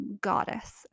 Goddess